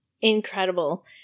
incredible